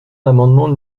l’amendement